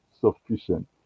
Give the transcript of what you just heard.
sufficient